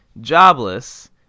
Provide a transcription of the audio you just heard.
jobless